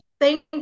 Thank